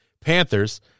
Panthers